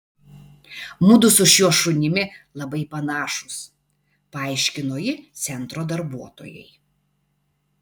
mudu su šiuo šunimi labai panašūs paaiškino ji centro darbuotojai